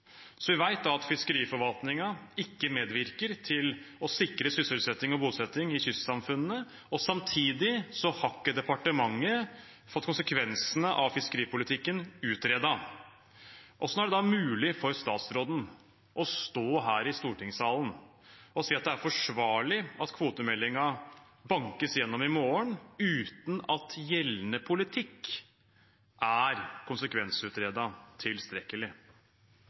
Vi vet da at fiskeriforvaltningen ikke medvirker til å sikre sysselsetting og bosetting i kystsamfunnene. Samtidig har ikke departementet fått konsekvensene av fiskeripolitikken utredet. Hvordan er det da mulig for statsråden å stå her i stortingssalen og si at det er forsvarlig at kvotemeldingen bankes igjennom i morgen, uten at gjeldende politikk er konsekvensutredet tilstrekkelig?